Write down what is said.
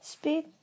Speed